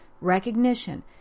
recognition